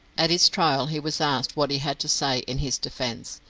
at his trial he was asked what he had to say in his defence,